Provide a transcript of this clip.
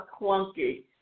clunky